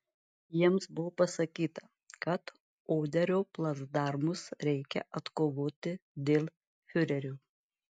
jiems buvo pasakyta kad oderio placdarmus reikia atkovoti dėl fiurerio